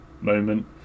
moment